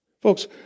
Folks